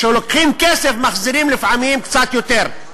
כשלוקחים כסף מחזירים לפעמים קצת יותר.